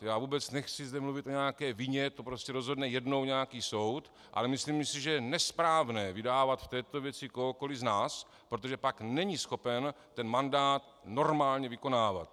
Já vůbec nechci zde mluvit o nějaké vině, to prostě rozhodne jednou nějaký soud, ale myslím si, že je nesprávné vydávat v této věci kohokoliv z nás, protože pak není schopen mandát normálně vykonávat.